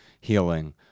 healing